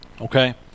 Okay